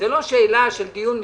זה לא שאלה של דיון מקצועי.